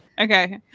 Okay